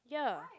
here